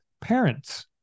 parents